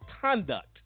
conduct